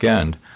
end